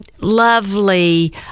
Lovely